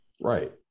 Right